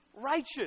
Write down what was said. righteous